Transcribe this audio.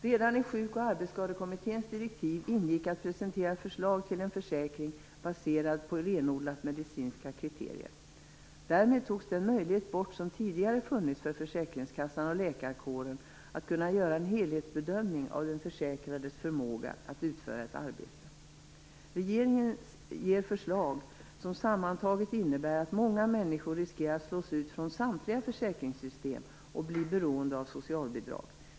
Redan i Sjuk och arbetsskadekommitténs direktiv ingick det att presentera förslag till en försäkring baserad på renodlat medicinska kriterier. Därmed togs den möjlighet bort som tidigare funnits för försäkringskassan och läkarkåren att göra en helhetsbedömning av den försäkrades förmåga att utföra ett arbete. Regeringen lägger fram förslag som sammantaget innebär att många människor riskerar att slås ut från samtliga försäkringssystem och bli beroende av socialbidrag.